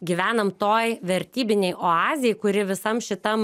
gyvenam toj vertybinėj oazėj kuri visam šitam